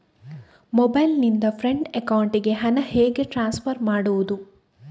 Mobile ನಿಂದ friend ಅಕೌಂಟಿಗೆ ಹಣ ಹೇಗೆ ಟ್ರಾನ್ಸ್ಫರ್ ಮಾಡುವುದು?